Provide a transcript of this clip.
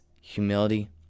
humility